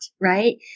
right